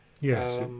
Yes